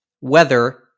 weather